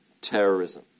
terrorism